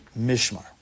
Mishmar